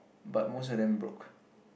but most of them broke